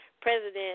President